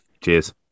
Cheers